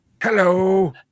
Hello